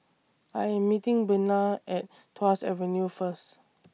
I Am meeting Bena At Tuas Avenue First